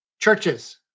churches